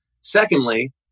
Secondly